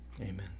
Amen